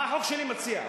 מה החוק שאני מציע?